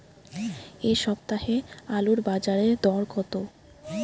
এ সপ্তাহে আলুর বাজারে দর কত?